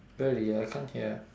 really I can't hear